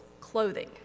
clothing